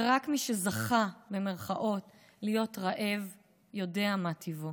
/ ורק מי ש'זכה' להיות רעב / יודע מה טיבו.